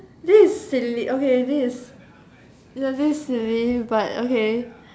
this is silly okay this is this is silly but okay